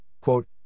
quote